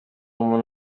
umuntu